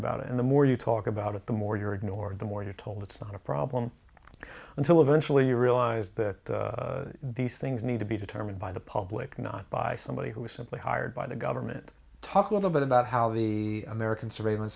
about it and the more you talk about it the more you're ignored the more you're told it's not a problem until eventually you realize that these things need to be determined by the public not by somebody who is simply hired by the government talk a little bit about how the american surveillance